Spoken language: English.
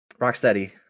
rocksteady